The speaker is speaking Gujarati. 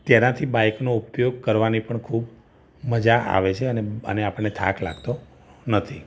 તેનાથી બાઇકનો ઉપયોગ કરવાની પણ ખૂબ મઝા આવે છે અને આપણને થાક લાગતો નથી